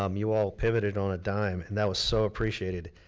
um you all pivoted on a dime, and that was so appreciated.